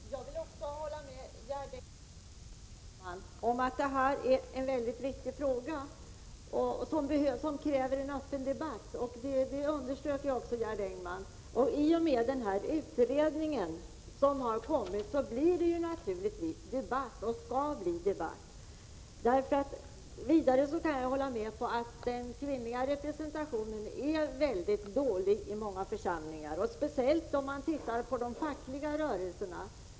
Herr talman! Jag vill också hålla med Gerd Engman om att detta är en mycket viktig fråga som kräver en öppen debatt. Det understödjer jag. I och med det utredningsbetänkande som kommit har det naturligtvis blivit debatt, och det skall bli debatt. Vidare kan jag hålla med om att den kvinnliga representationen är mycket dålig i många församlingar, speciellt om man ser på den fackliga rörelsen.